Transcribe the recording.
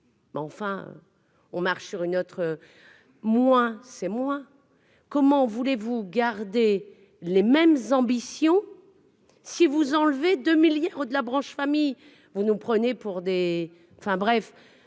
Mais enfin, on marche sur une autre moins c'est moins comment voulez-vous garder les mêmes ambitions si vous enlevez de milliers de la branche famille, vous nous prenez pour des, enfin bref,